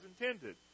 intended